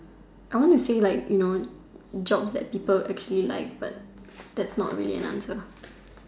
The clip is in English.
I want to say like you know job that people actually like but that's not really an answer